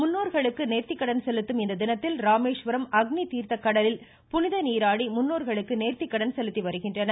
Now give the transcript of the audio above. முன்னோர்களுக்கு நேர்த்திக்கடன் செலுத்தும் இத்தினத்தில் ராமேஸ்வரம் அக்வி தீர்த்த கடலில் புனித நீராடி முன்னோர்களுக்கு நேர்த்திக்கடன் செலுத்தி வருகின்றனர்